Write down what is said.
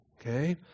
Okay